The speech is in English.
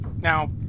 Now